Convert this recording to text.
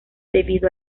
debido